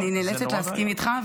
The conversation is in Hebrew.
אני נאלצת להסכים איתך,